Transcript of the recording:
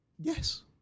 Yes